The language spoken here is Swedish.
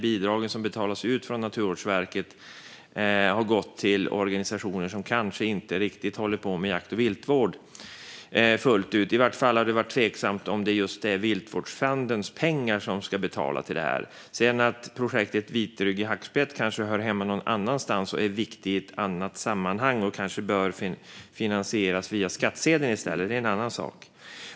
Bidrag som betalas ut av Naturvårdsverket har gått till organisationer som kanske inte riktigt fullt ut håller på med jakt och viltvård. I varje fall har det varit tveksamt om Viltvårdsfondens pengar ska gå till det här. Att projektet för vitryggig hackspett hör hemma någon annanstans, är viktig i ett annat sammanhang och möjligen bör finansieras via skattsedeln i stället är en annan sak.